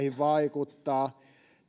vaikuttaa